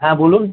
হ্যাঁ বলুন